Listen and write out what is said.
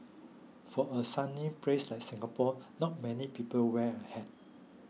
for a sunny place like Singapore not many people wear a hat